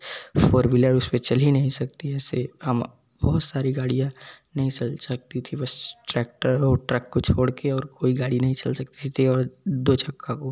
four wheeler उस पर चल ही नहीं सकती ऐसे हम बहुत सारी गाड़ियाँ नहीं चल सकती थी बस ट्रैक्टर और ट्रक को छोड़ कर और कोई गाड़ी नहीं चल सकती थी और दो चक्का को